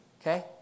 okay